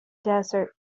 desert